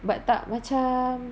but tak macam